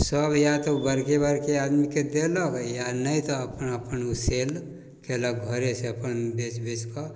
सभ या तऽ ओ बड़के बड़के आदमीके देलक या नहि तऽ अपना अपन ओ सेल कएलक घरेसँ अपन बेचि बेचिकऽ